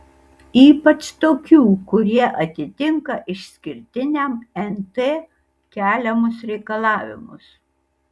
ypač tokių kurie atitinka išskirtiniam nt keliamus reikalavimus